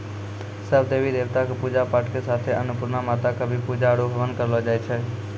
सब देवी देवता कॅ पुजा पाठ के साथे अन्नपुर्णा माता कॅ भी पुजा आरो हवन करलो जाय छै